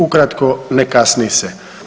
Ukratko, ne kasni se.